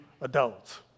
adults